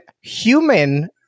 human